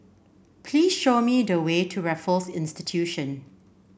please show me the way to Raffles Institution